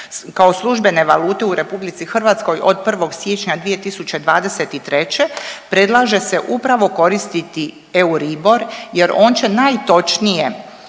kao službene valute u RH od 1. siječnja 2023. predlaže se upravo koristiti Euribor je on će najtočnije